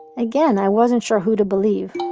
again, i wasn't sure who to believe